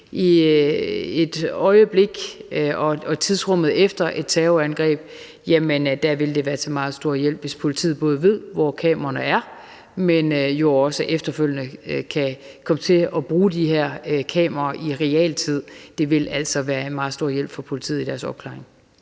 at i øjeblikkene og tidsrummet efter et terrorangreb vil det være til meget stor hjælp, hvis politiet både ved, hvor kameraerne er, men jo også efterfølgende kan komme til at bruge de her kameraer i realtid. Det vil altså være en meget stor hjælp for politiet i deres opklaring.